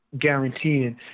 guaranteeing